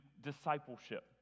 discipleship